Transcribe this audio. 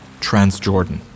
Transjordan